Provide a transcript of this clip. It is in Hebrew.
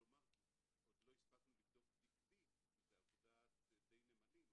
עוד לא הספקנו לבדוק תיק תיק כי זה עבודת נמלים,